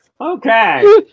okay